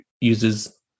uses